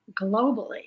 globally